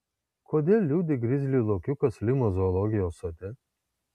kodėl liūdi grizlių lokiukas limos zoologijos sode